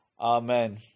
Amen